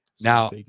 Now